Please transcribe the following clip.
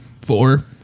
four